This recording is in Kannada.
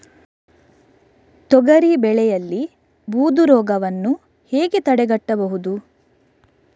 ತೊಗರಿ ಬೆಳೆಯಲ್ಲಿ ಬೂದು ರೋಗವನ್ನು ಹೇಗೆ ತಡೆಗಟ್ಟಬಹುದು?